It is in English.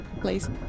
please